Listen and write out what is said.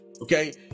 okay